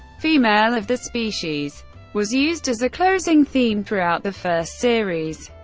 female of the species was used as a closing theme throughout the first series.